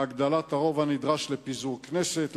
להגדלת הרוב הנדרש לפיזור כנסת,